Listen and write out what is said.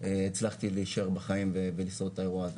הצלחתי להישאר בחיים ולשרוד האירוע הזה.